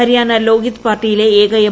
ഹരിയാന ലോഘിത് പാർട്ടിയിലെ ഏക എം